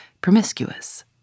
promiscuous